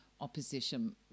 opposition